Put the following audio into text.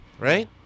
right